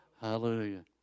Hallelujah